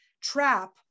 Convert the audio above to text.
trap